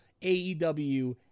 AEW